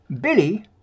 Billy